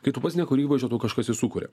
kai tu pats niekuri įvaizdžio tau kažkas jį sukuria